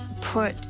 put